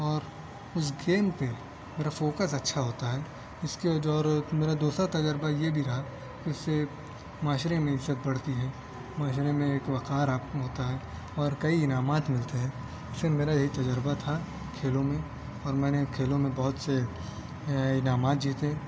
اور اس گیم پہ میرا فوکس اچھا ہوتا ہے اس کے جو اور میرا دوسرا تجربہ یہ بھی رہا کہ اس سے معاشرہ میں عزت بڑھتی ہے معاشرہ میں ایک وقار آپ کو ہوتا ہے اور کئی انعامات ملتے ہیں اس لئے میرا یہی تجربہ تھا کھیلوں میں اور میں نے کھیلوں میں بہت سے انعامات جیتے